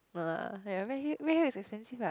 no lah (aiya) redhill Redhill is expensive what